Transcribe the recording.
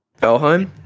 Valheim